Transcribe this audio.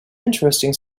interesting